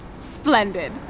Splendid